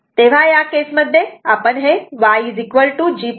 तेव्हा या केस मध्ये आपण हे YG jB असे लिहूया